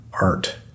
art